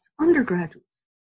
undergraduates